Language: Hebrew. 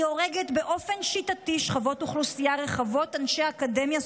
היא הורגת באופן שיטתי שכבות אוכלוסייה רחבות: אנשי אקדמיה,